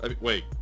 Wait